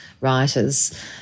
writers